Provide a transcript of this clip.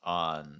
on